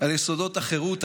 על יסודות החירות,